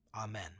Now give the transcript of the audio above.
Amen